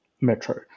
metro